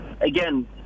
again